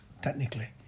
technically